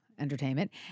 entertainment